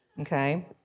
okay